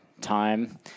time